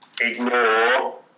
ignore